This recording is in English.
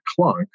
Clunk